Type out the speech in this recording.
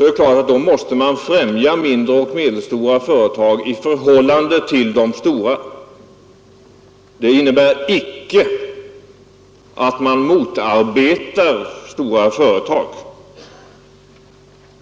är det klart att man måste främja mindre och medelstora företag i förhållande till de stora. Det innebär inte att man motarbetar stora företag.